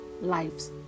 lives